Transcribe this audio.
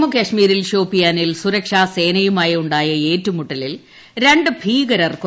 ജമ്മുകാശ്മീരിൽ ഷോപ്പിയാനിൽ സുരക്ഷാ ന് സേനയുമായുണ്ടായ ഏറ്റുമുട്ടലിൽ രണ്ട് ഭീകരർ കൊല്ലപ്പെട്ടു